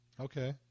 Okay